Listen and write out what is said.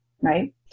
right